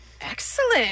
Excellent